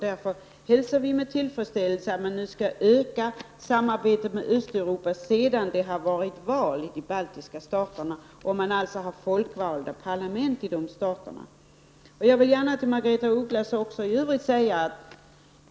Därför hälsar vi med tillfredsställelse det ökade samarbetet med Östeuropa sedan det varit val i de baltiska staterna och dessa stater alltså fått folkvalda parlament.